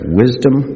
wisdom